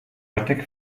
batek